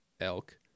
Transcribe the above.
elk